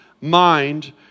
mind